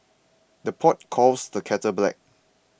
the pot calls the kettle black